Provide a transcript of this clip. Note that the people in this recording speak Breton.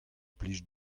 blij